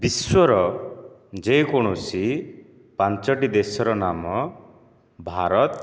ବିଶ୍ୱର ଯେକୌଣସି ପାଞ୍ଚଟି ଦେଶର ନାମ ଭାରତ